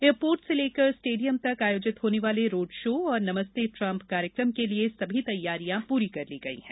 airport से लेकर stadium तक आयोजित होने वाले रोड शो और नमस्ते ट्रम्प कार्यक्रम के लिये सभी तैयारियां पूरी कर ली गयी है